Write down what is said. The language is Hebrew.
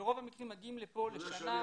וברוב המקרים מגיעים לכאן לשנה,